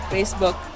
Facebook